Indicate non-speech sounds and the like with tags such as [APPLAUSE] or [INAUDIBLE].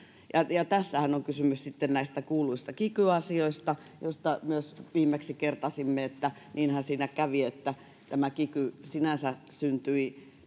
ja tässähän on kysymys sitten näistä kuulluista kiky asioista joista myös viimeksi kertasimme että niinhän siinä kävi että tämä kiky sinänsä syntyi [UNINTELLIGIBLE]